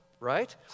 Right